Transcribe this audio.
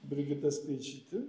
brigita speičytė